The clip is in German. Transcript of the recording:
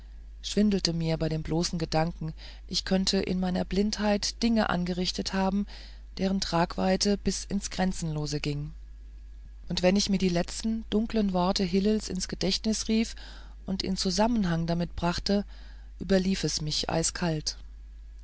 schwindelte mir bei dem bloßen gedanken ich könnte in meiner blindheit dinge angerichtet haben deren tragweite bis ins grenzenlose ging und wenn ich mir die letzten dunklen worte hillels ins gedächtnis rief und in zusammenhang damit brachte überlief es mich eiskalt